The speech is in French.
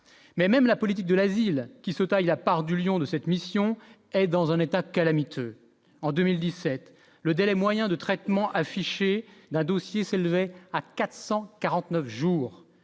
mais même la politique de la ville qui se taille la part du lion de cette mission est dans un état calamiteux en 2017, le délai moyen de traitement d'un dossier s'élevait à 449 jours